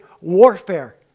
warfare